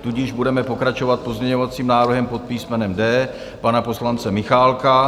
Tudíž budeme pokračovat pozměňovacím návrhem pod písmenem D pana poslance Michálka.